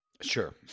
Sure